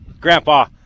Grandpa